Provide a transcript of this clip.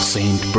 Saint